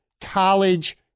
college